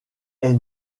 est